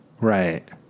Right